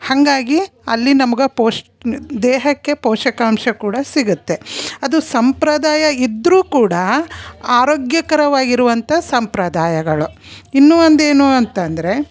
ಹಾಗಾಗಿ ಅಲ್ಲಿ ನಮ್ಗೆ ಪೋಷ್ ದೇಹಕ್ಕೆ ಪೋಷಕಾಂಶ ಕೂಡ ಸಿಗುತ್ತೆ ಅದು ಸಂಪ್ರದಾಯ ಇದ್ದರೂ ಕೂಡ ಆರೋಗ್ಯಕರವಾಗಿರುವಂಥ ಸಂಪ್ರದಾಯಗಳು ಇನ್ನೂ ಒಂದು ಏನು ಅಂತಂದರೆ